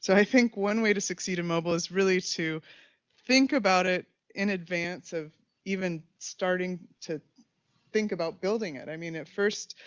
so i think one way to succeed in mobile is really to think about it in advance of even starting to think about building it. i mean at first,